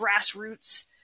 grassroots